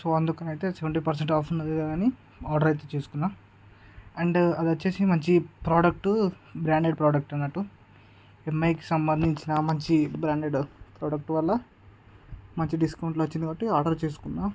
so అందుకని అయితే seventy percent offer ఉంది అని ఆర్డర్ అయితే చేసుకున్నాను అండ్ అది వచ్చేసి మంచి ప్రోడక్ట్ బ్రాండెడ్ ప్రోడక్ట్ అన్నట్టు ఎమ్ఐకి సంబంధించిన మంచి బ్రాండెడ్ ప్రోడక్ట్ వల్ల మంచి డిస్కౌంట్లో వచ్చింది కాబట్టి ఆర్డర్ చేసుకున్నా